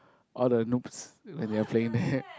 all the noobs when they're playing there